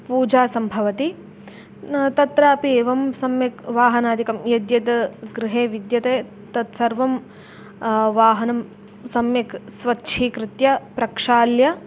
पूजा सम्भवति न तत्रापि एवं सम्यक् वाहनादिकं यद्यद् गृहे विद्यते तत्सर्वं वाहनं सम्यक् स्वच्छीकृत्य प्रक्षाल्य